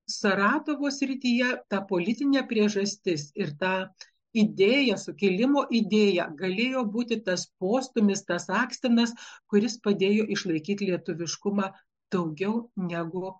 saratovo srityje ta politinė priežastis ir ta idėja sukilimo idėja galėjo būti tas postūmis tas akstinas kuris padėjo išlaikyt lietuviškumą daugiau negu